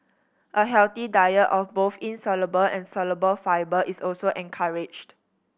a healthy diet of both insoluble and soluble fibre is also encouraged